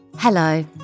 Hello